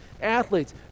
athletes